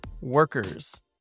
Workers